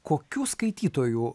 kokių skaitytojų